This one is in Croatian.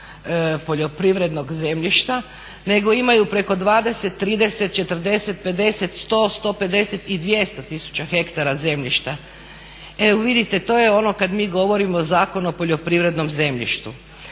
poljoprivrednog zemljišta nego imaju preko 20, 30, 40, 50, 100, 150 i 200 tisuća hektara zemljišta. Evo vidite, to je ono kad mi govorimo Zakon o poljoprivrednom zemljištu.